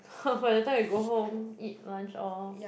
by the time I go home eat lunch all